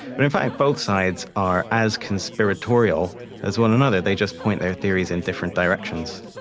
but in fact both sides are as conspiratorial as one another, they just point their theories in different directions.